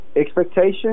expectation